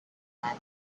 that